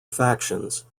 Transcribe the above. factions